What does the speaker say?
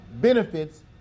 benefits